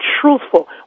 truthful